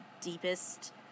deepest